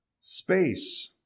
space